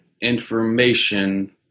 information